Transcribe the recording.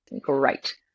great